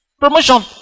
promotion